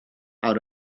out